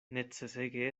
necesege